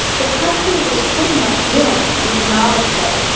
the country was pretty much ruined economically.